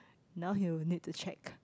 now he'll need to check